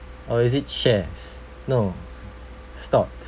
or is it shares no stocks